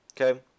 Okay